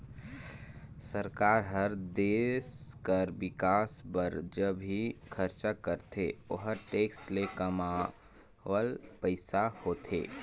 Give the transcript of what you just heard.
सरकार हर देस कर बिकास बर ज भी खरचा करथे ओहर टेक्स ले कमावल पइसा होथे